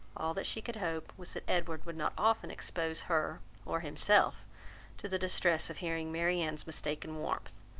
all that she could hope, was that edward would not often expose her or himself to the distress of hearing marianne's mistaken warmth,